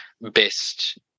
best